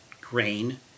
grain